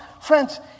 friends